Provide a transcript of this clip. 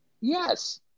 Yes